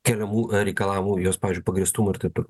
keliamų reikalavimų jos pagrįstumo ir taip toliau